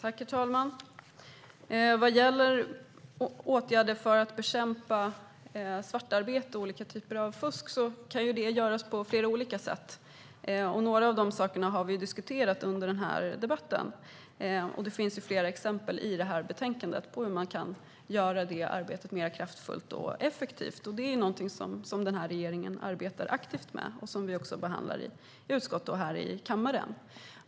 Herr talman! Vad gäller åtgärder för att bekämpa svartarbete och olika typer av fusk kan arbetet med dem göras på flera olika sätt. Några saker har vi diskuterat under den här debatten. Det finns flera exempel i det här betänkandet på hur man kan göra arbetet mer kraftfullt och effektivt. Det är någonting som den här regeringen arbetar aktivt med och som vi också behandlar i utskott och här i kammaren.